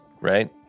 right